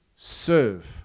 Serve